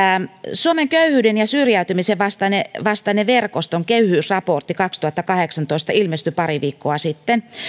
suomen köyhyyden ja syrjäytymisen vastaisen verkoston köyhyysraportti kaksituhattakahdeksantoista ilmestyi pari viikkoa sitten